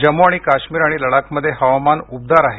जम्मू आणि काश्मीर आणि लडाखमध्ये हवामान उबदार आहे